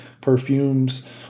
perfumes